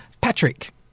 Patrick